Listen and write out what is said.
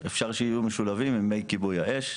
אפשר שיהיו משולבים עם מי כיבוי האש.